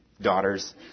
daughters